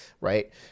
right